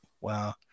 Wow